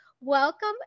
welcome